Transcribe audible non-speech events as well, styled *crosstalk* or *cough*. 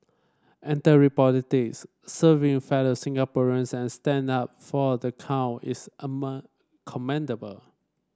entering politics serving fellow Singaporeans and standing up for the counted is *unintelligible* commendable